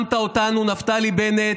שמת אותנו, נפתלי בנט,